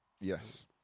Yes